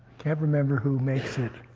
can't remember who makes it.